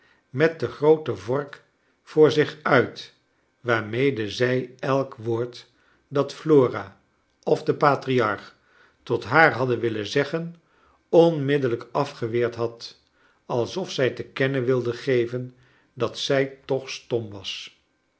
met de groote vork voor zich uit waarmede zij elk woord dat flora of de patriarch tot haar hadden willen zeggen onmiddellijk afgeweerd had alsof zij te kennen wilde geven dat zij toch stom was